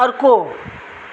अर्को